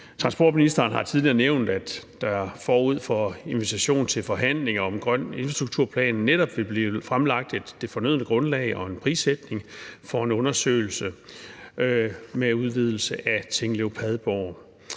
Transportministeren har tidligere nævnt, at der forud for invitation til forhandlinger om en grøn infrastrukturplan netop vil blive fremlagt det fornødne grundlag og en prissætning for en undersøgelse af udvidelse af Tinglev-Padborg.